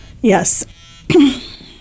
Yes